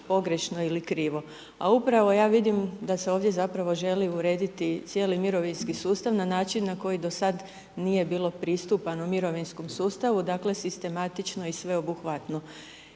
pogrešno ili krivo. A upravo, ja vidim, da se ovdje zapravo želi urediti cijeli mirovinski sustav, na način, koji do sada nije bilo pristupano mirovinskom sustavom, dakle, sistematično i sveobuhvatno.